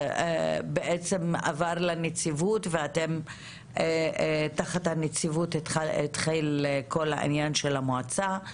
בעצם עבר לנציבות ותחת הנציבות התחיל כל העניין של המועצה.